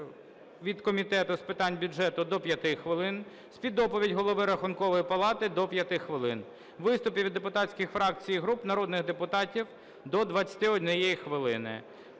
від Комітету з питань бюджету – до 5 хвилин, співдоповідь Голови Рахункової палати – до 5 хвилин, виступи від депутатських фракцій і груп народних депутатів – до 21 хвилин,